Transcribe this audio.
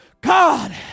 God